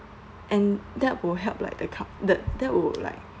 and that will help like the com~ the that would like